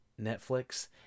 netflix